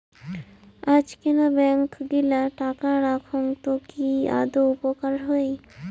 আজকেনা ব্যাঙ্ক গিলা টাকা রাখঙ তো কি আদৌ উপকার হই?